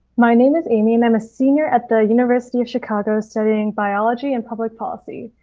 my name is amy and i am a senior at the university of chicago studying biology and public policy.